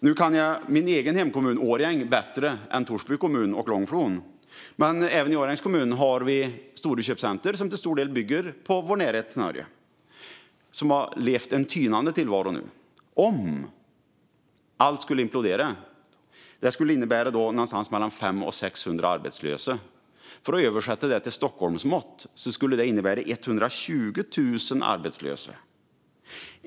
Nu kan jag min egen hemkommun Årjäng bättre än Torsby kommun och Långflon, men även i Årjängs kommun har vi stora köpcentrum som till stor del bygger på vår närhet till Norge. De har fört en tynande tillvaro nu. Om allt skulle implodera skulle det innebära någonstans mellan 500 och 600 arbetslösa. För att översätta detta till Stockholmsmått skulle det innebära 120 000 arbetslösa.